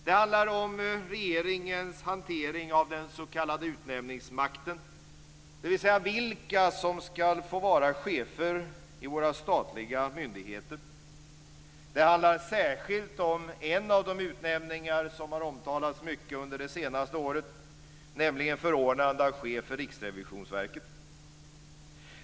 Det handlar om regeringens hantering av den s.k. utnämningsmakten, dvs. vilka som ska få vara chefer i våra statliga myndigheter. Det handlar särskilt om en av de utnämningar som har omtalats mycket under det senaste året, nämligen förordnande av chef för Riksrevisionsverket.